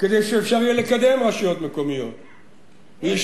כדי שאפשר יהיה לקדם רשויות מקומיות אחרות.